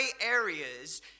areas